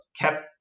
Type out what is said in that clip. kept